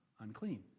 unclean